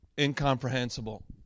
incomprehensible